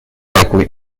likely